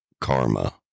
karma